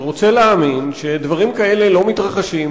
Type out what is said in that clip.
שרוצה להאמין שדברים כאלה לא מתרחשים,